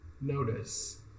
notice